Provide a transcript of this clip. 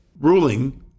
ruling